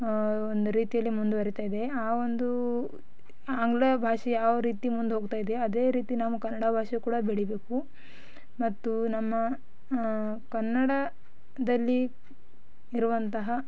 ಒಂದು ರೀತಿಯಲ್ಲಿ ಮುಂದುವರಿತಾಯಿದೆ ಆ ಒಂದು ಆಂಗ್ಲ ಭಾಷೆ ಯಾವ ರೀತಿ ಮುಂದೆ ಹೋಗ್ತಾಯಿದೆಯೋ ಅದೇ ರೀತಿ ನಮ್ಮ ಕನ್ನಡ ಭಾಷೆಯು ಕೂಡ ಬೆಳೀಬೇಕು ಮತ್ತು ನಮ್ಮ ಕನ್ನಡದಲ್ಲಿ ಇರುವಂತಹ